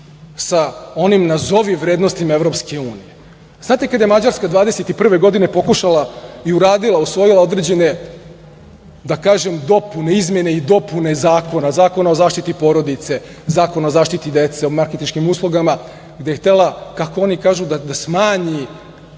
sa onim nazovi vrednostima EU? Znate, kada je Mađarska 2021. godine pokušala i uradila, usvojila određene izmene i dopune zakona, Zakona o zaštiti porodice, Zakona o zaštiti dece, o marketinškim uslugama, gde je htela, kako oni kažu, da smanji